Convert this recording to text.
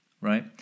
right